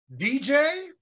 dj